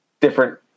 different